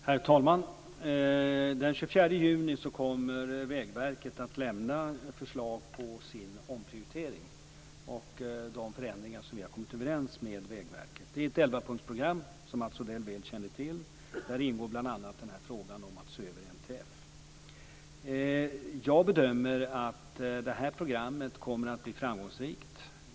Herr talman! Den 24 juni kommer Vägverket att lämna förslag till omprioriteringar och de förändringar som vi har kommit överens med Vägverket om. Som Mats Odell väl känner till rör det sig om ett elvapunktsprogram, där det bl.a. ingår att se över Jag bedömer att detta program kommer att bli framgångsrikt.